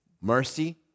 Mercy